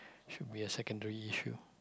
should be a secondary issue